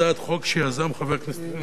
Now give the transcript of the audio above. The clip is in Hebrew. או טעויות בעברית, זה הכול חיים כץ, לא אני.